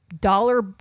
dollar